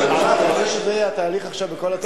רוצה שזה יהיה התהליך עכשיו בכל הצעות החוק?